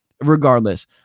regardless